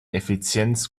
effizienz